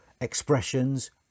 expressions